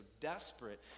desperate